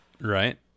Right